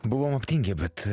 buvome aptingę bet